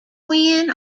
win